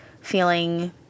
Feeling